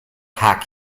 haak